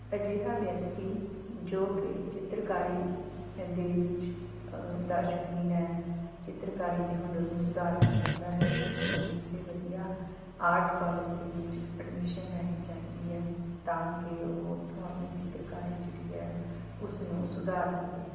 ਅਜਿਹਾ ਵਿਅਕਤੀ ਜੋ ਕਿ ਚਿੱਤਰਕਾਰੀ ਦੇ ਵਿੱਚ ਦਾ ਸ਼ੌਕੀਨ ਹੈ ਚਿੱਤਰਕਾਰੀ ਦੇ ਹੁਨਰ ਨੂੰ ਸੁਧਾਰਨਾ ਚਾਹੁੰਦਾ ਹੈ ਉਸਨੂੰ ਕਿਸੇ ਵਧੀਆ ਆਰਟ ਕੋਲੇਜ ਦੇ ਵਿੱਚ ਐਡਮਿਸ਼ਨ ਲੈਣੀ ਚਾਹੀਦੀ ਹੈ ਤਾਂ ਕਿ ਉਹ ਉਥੋਂ ਆਪਣੀ ਚਿੱਤਰਕਾਰੀ ਜਿਹੜੀ ਹੈ ਉਸਨੂੰ ਸੁਧਾਰ ਸਕੇ